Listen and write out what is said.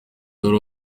wari